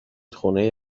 خونه